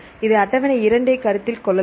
இது அட்டவணை 2 ஐக் கருத்தில் கொள்ளலாம்